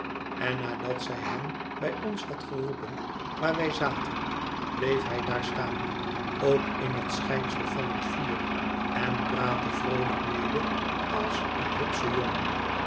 en nadat zij hem bij ons had geroepen waar wij zaten bleef hij daar staan ook in het schijnsel van het vuur en praatte vroolijk mede als een hupsche jongen